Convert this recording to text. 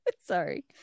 Sorry